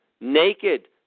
Naked